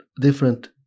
different